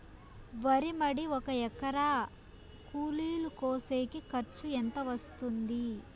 వరి మడి ఒక ఎకరా కూలీలు కోసేకి ఖర్చు ఎంత వస్తుంది?